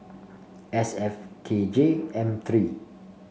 S F K J M three